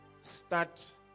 start